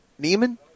Neiman